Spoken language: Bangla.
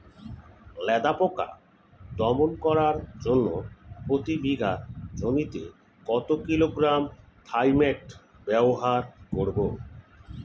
লেদা পোকা দমন করার জন্য প্রতি বিঘা জমিতে কত কিলোগ্রাম থাইমেট ব্যবহার করব?